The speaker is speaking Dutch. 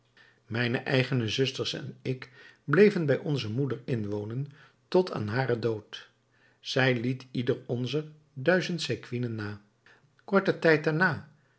mijne eigene zusters en ik bleven bij onze moeder inwonen tot aan haren dood zij liet ieder onzer duizend sequinen na korten tijd daarna